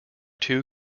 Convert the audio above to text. two